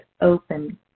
open